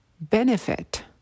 benefit